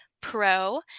Pro